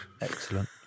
Excellent